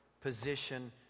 position